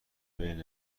بین